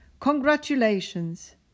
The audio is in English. Congratulations